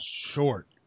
short